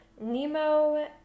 Nemo